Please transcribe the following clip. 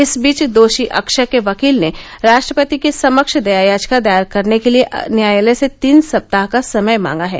इस बीच दोषी अक्षय के वकील ने राष्ट्रपति के समक्ष दया याचिका दायर करने के लिए न्यायालय से तीन सप्ताह का समय मांगा है